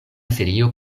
serio